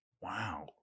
Wow